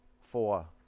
four